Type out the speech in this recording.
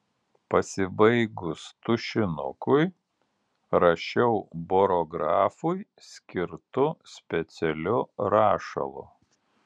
pasibaigus tušinukui rašiau barografui skirtu specialiu rašalu